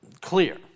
clear